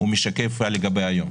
משקף את מה שקורה היום.